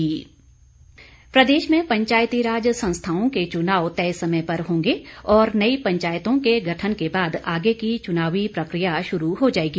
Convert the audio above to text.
प्रश्नकाल प्रदेश में पंचायतीराज संस्थाओं के चुनाव तय समय पर होंगे और नई पंचायतों के गठन के बाद आगे की चुनावी प्रक्रिया शुरू हो जाएगी